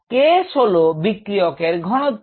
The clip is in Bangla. K s হল বিক্রিয়কের ঘনত্ব